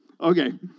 Okay